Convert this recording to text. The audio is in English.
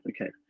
okay